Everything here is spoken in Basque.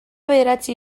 bederatzi